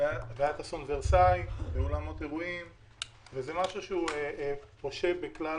והיה את אסון אולם האירועים ורסאי ואת אסון